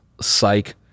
Psych